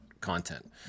content